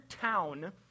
town